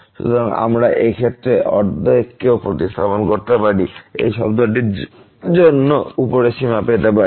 সুতরাং আমরা এই অর্ধকেও প্রতিস্থাপন করতে পারি এবং এই শব্দটির জন্য উপরের সীমানা পেতে পারি